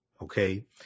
Okay